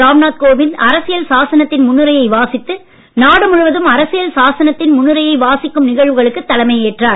ராம்நாத் கோவிந்த் அரசியல் சாசனத்தின் முன்னுரையை வாசித்து நாடு முழுவதும் அரசியல் சாசனத்தின் முன்னுரையை வாசிக்கும் நிகழ்வுகளுக்கு தலைமை ஏற்றார்